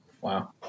Wow